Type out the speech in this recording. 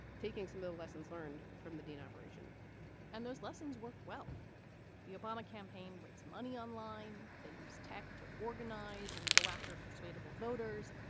taking some of the lessons learned from the dean operation and those lessons worked well the obama campaign raised money online. they use tech to organize and go after persuadable voters.